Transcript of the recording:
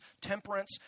temperance